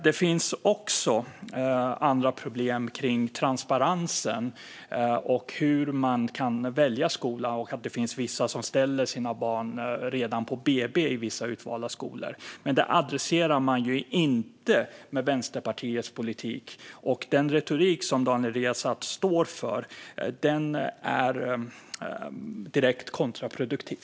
Det finns också problem kring transparensen och hur man kan välja skola. Det finns vissa som redan på BB ställer sina barn i kö till vissa utvalda skolor. Men detta adresserar man inte med Vänsterpartiets politik. Den retorik som Daniel Riazat står för är direkt kontraproduktiv.